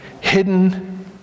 Hidden